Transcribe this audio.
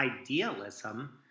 idealism